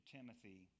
Timothy